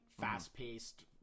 fast-paced